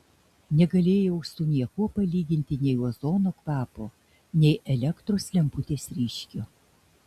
negalėjau su niekuo palyginti nei ozono kvapo nei elektros lemputės ryškio